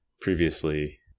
previously